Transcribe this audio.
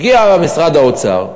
הגיע משרד האוצר,